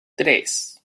tres